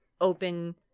open